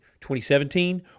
2017